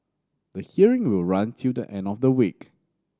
the hearing will run till the end of the week